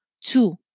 Two